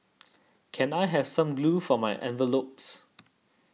can I have some glue for my envelopes